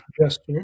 gesture